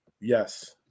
Yes